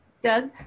Doug